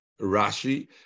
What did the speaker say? Rashi